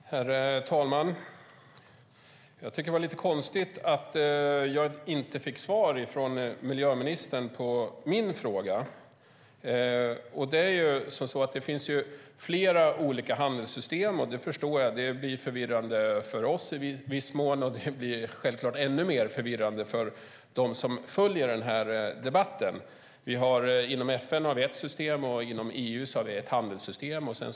Herr talman! Jag tycker att det är lite konstigt att jag inte fick svar från miljöministern på min fråga. Det finns flera olika handelsystem. Jag förstår att det blir förvirrande för oss i viss mån, och det blir självklart ännu mer förvirrande för dem som följer debatten. Vi har ett system inom FN, och vi har ett handelsystem inom EU.